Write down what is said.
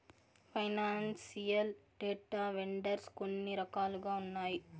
financial data vendors కొన్ని రకాలుగా ఉన్నాయి